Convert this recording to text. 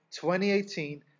2018